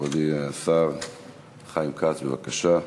נכבדי השר חיים כץ, בבקשה.